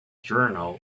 journal